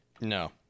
No